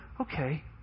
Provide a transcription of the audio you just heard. okay